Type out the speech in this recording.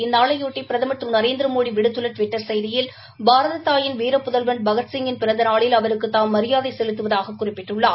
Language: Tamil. இந்நாளையொட்டி பிரதமர் திரு நரேந்திரமோடி விடுத்துள்ள டுவிட்டர் செய்தியில் பாரத தாயின் வீரப்புதல்வன் பகத்சிங்கின் பிறந்த நாளில் அவருக்கு தாம் மரியாதை செலுத்துவதாகக் குறிப்பிட்டுள்ளார்